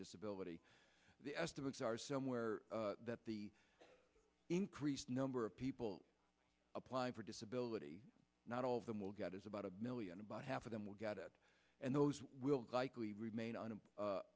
disability the estimates are somewhere that the increased number of people applying for disability not all of them will get is about a million about half of them will get it and those will likely remain on